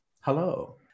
Hello